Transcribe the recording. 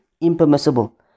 impermissible